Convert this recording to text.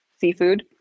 seafood